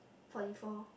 forty four